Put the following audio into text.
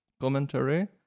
commentary